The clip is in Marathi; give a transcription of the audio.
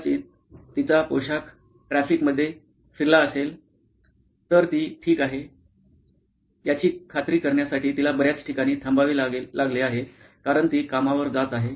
कदाचित तिचा पोशाख ट्रॅफिकमध्ये फिरला असेल तर ती ठीक आहे याची खात्री करण्यासाठी तिला बर्याच ठिकाणी थांबावे लागले आहे कारण ती कामावर जात आहे